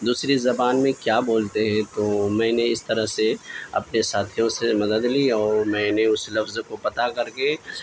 دوسری زبان میں کیا بولتے ہیں تو میں نے اس طرح سے اپنے ساتھیوں سے مدد لی اور میں نے اس لفظ کو پتا کر کے